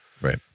Right